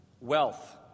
wealth